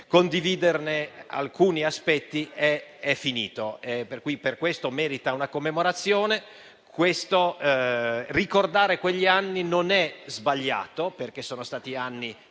condividerne alcuni aspetti, è finito. Per questo merita una commemorazione. Ricordare quegli anni non è sbagliato, perché sono stati anni